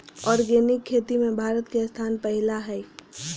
organic खेती में भारत के स्थान पहिला हइ